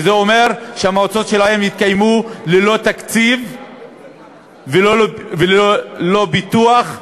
וזה אומר שהמועצות שלהם יתקיימו ללא תקציב וללא פיתוח,